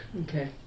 Okay